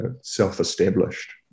self-established